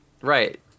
Right